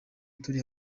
turi